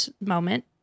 moment